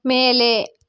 ಮೇಲೆ